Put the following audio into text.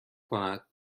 کند